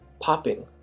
popping